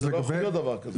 זה לא יכול להיות דבר כזה.